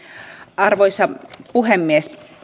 arvoisa puhemies